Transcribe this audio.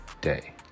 day